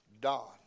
dawn